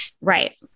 Right